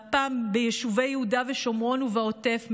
והפעם ביישובי יהודה ושומרון ובעוטף,